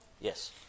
Yes